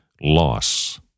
loss